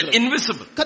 invisible